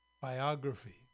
biography